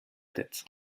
tête